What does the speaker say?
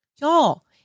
Y'all